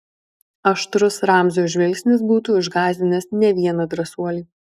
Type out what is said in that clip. aštrus ramzio žvilgsnis būtų išgąsdinęs ne vieną drąsuolį